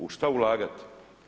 U šta ulagati?